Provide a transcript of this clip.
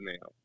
now